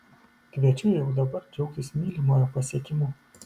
kviečiu jau dabar džiaugtis mylimojo pasiekimu